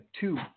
two